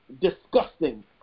disgusting